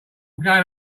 going